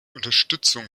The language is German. unterstützung